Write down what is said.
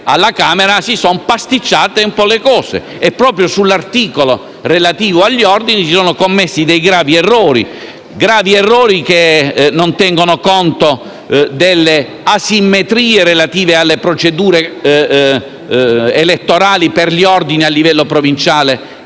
lì si sono pasticciate un po' le cose. Proprio sull'articolo relativo agli ordini si sono commessi gravi errori, che non tengono conto delle asimmetrie relative alle procedure elettorali per gli ordini a livello provinciale